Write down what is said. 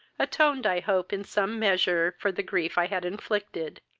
atoned i hope, in some measure, for the grief i had inflicted.